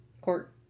court